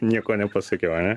nieko nepasakiau ane